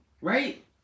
Right